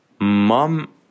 mom